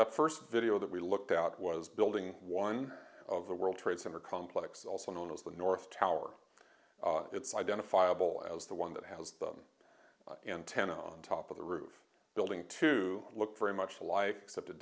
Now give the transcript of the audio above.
the first video that we looked out was building one of the world trade center complex also known as the north tower it's identifiable as the one that has the antenna on top of the roof building to look very much life except it